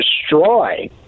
destroy